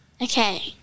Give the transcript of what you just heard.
Okay